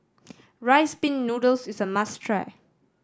Rice Pin Noodles is a must try